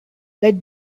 led